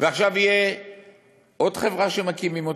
ועכשיו תהיה עוד חברה שמקימים.